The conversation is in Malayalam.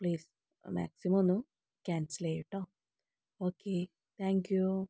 പ്ലീസ് മാക്സിമം ഒന്ന് ക്യാൻസൽ ചെയ്യ് കെട്ടോ ഓക്കേ താങ്ക്യൂ